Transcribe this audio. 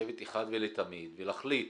לשבת אחת ולתמיד ולהחליט,